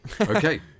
Okay